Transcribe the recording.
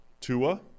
Tua